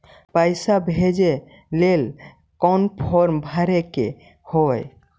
पैसा भेजे लेल कौन फार्म भरे के होई?